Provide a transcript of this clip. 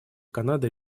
канады